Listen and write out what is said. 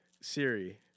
Siri